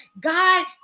God